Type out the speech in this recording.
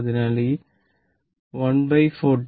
അതിനാൽ ഈ 1 40